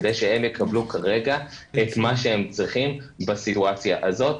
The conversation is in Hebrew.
כדי שהם יקבלו כרגע את מה שהם צריכים בסיטואציה הזאת.